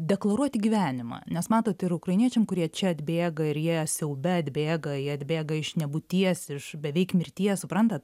deklaruoti gyvenimą nes matot ir ukrainiečiam kurie čia atbėga ir jie siaube atbėga jie atbėga iš nebūties iš beveik mirties suprantat